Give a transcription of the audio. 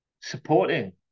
supporting